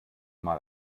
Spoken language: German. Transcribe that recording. mal